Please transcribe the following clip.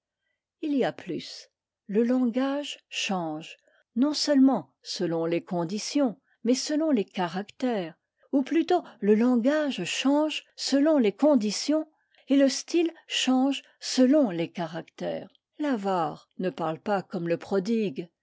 il y a plus le langage change non seulement selon les conditions mais selon les caractères ou plutôt le langage change selon les conditions et le style change selon les caractères l'avare ne parle pas comme le prodigue